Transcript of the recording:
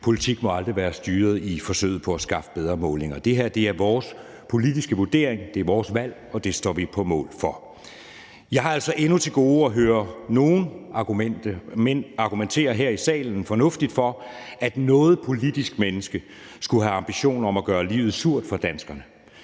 politik må aldrig være styret af forsøget på at skaffe bedre målinger. Det her er vores politiske vurdering, det er vores valg, og det står vi på mål for. Jeg har altså endnu til gode at høre nogen her i salen argumentere fornuftigt for, at noget politisk menneske skulle have ambitioner om at gøre livet surt for danskerne,